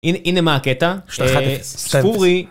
הנה מה הקטע, ספורי